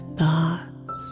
thoughts